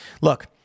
Look